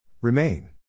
Remain